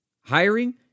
Hiring